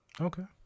Okay